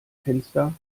fenster